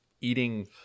eating